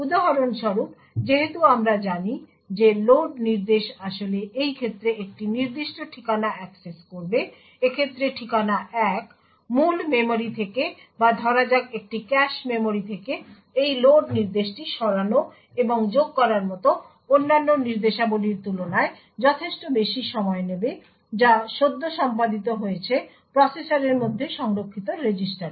উদাহরণস্বরূপ যেহেতু আমরা জানি যে লোড নির্দেশ আসলে এই ক্ষেত্রে একটি নির্দিষ্ট ঠিকানা এক্সেস করবে এক্ষেত্রে ঠিকানা 1 মূল মেমরি থেকে বা ধরা যাক একটি ক্যাশ মেমরি থেকে এই লোড নির্দেশটি সরানো এবং যোগ করার মতো অন্যান্য নির্দেশাবলীর তুলনায় যথেষ্ট বেশি সময় নেবে যা সদ্য সম্পাদিত হয়েছে প্রসেসরের মধ্যে সংরক্ষিত রেজিস্টারে